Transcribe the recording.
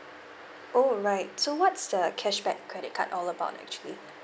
oh right so what's the cashback credit card all about actually